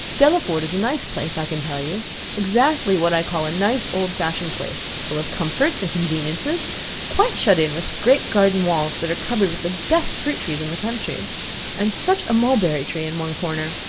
delaford is a nice place, i can tell you exactly what i call a nice old fashioned place, full of comforts and conveniences quite shut in with great garden walls that are covered with the best fruit-trees in the country and such a mulberry tree in one corner!